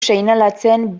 seinalatzen